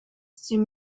sie